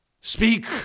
speak